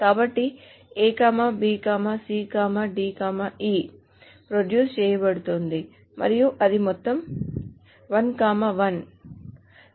కాబట్టి A B C D E produce చేయబడుతోంది మరియు అది మొత్తం 1 1